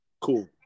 Cool